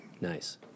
Nice